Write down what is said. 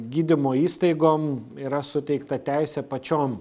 gydymo įstaigom yra suteikta teisė pačiom